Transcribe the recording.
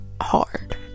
hard